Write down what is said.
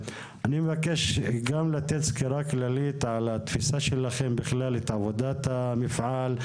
אני מבקש גם לתת סקירה כללית על התפיסה שלכם בכלל את עבודת המפעל,